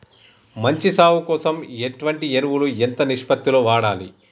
మంచి సాగు కోసం ఎటువంటి ఎరువులు ఎంత నిష్పత్తి లో వాడాలి?